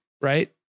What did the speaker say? right